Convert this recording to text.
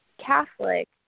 Catholic